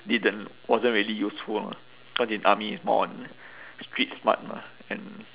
didn't wasn't really useful lah cause in army more on street smart mah and